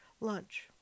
Lunch